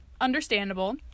Understandable